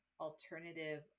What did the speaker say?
alternative